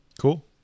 Cool